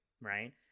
Right